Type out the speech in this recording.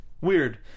Weird